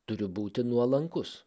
turiu būti nuolankus